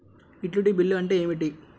Utility bill అంటే ఏమిటి?